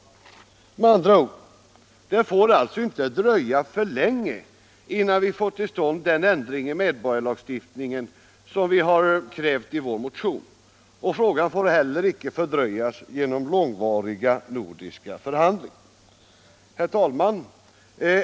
Med andra ort: Det får inte dröja för länge innan vi får till stånd den ändring i medborgarskapslagstiftningen som vi har krävt i vår motion, och frågan får inte heller fördröjas genom långvariga nordiska förhandlingar. Herr talman!